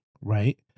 right